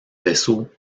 vaisseaux